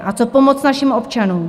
A co pomoc našim občanům?